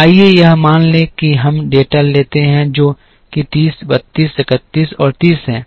आइए यह मान लें कि हम डेटा लेते हैं जो कि 30 32 31 और 30 है